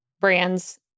brands